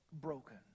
broken